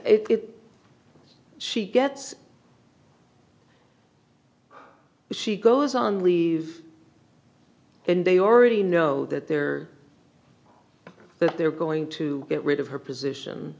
get she gets she goes on leave and they already know that they're that they're going to get rid of her position